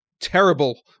terrible